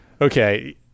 Okay